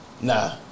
nah